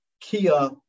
Kia